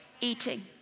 eating